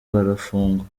barafungwa